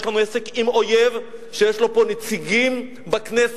יש לנו עסק עם אויב שיש לו פה נציגים בכנסת.